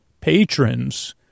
patrons